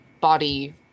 body